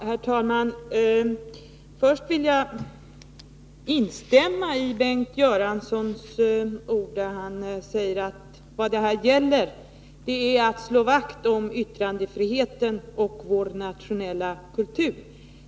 Herr talman! Först vill jag instämma i Bengt Göranssons ord när han säger att vad det här gäller är att slå vakt om yttrandefriheten och vår nationella kultur.